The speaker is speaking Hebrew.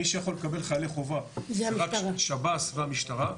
מי שיכול לקבל חיילי חובה זה רק שב"ס והמשטרה,